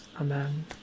Amen